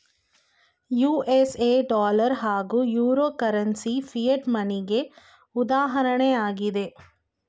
USA dollar ಹಾಗೂ euro currency fiat ಮನಿಗೆ ಉದಾಹರಣೆಯಾಗಿದೆ